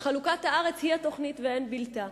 שחלוקת הארץ היא התוכנית ואין בלתה.